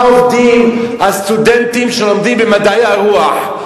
מה עובדים הסטודנטים שלומדים במדעי הרוח?